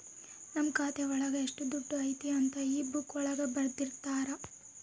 ನಮ್ ಖಾತೆ ಒಳಗ ಎಷ್ಟ್ ದುಡ್ಡು ಐತಿ ಅಂತ ಈ ಬುಕ್ಕಾ ಒಳಗ ಬರ್ದಿರ್ತರ